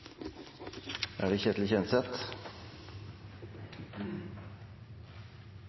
Da er det